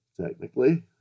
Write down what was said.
technically